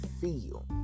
feel